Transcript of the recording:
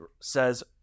says